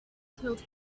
killed